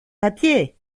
papiers